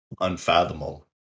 unfathomable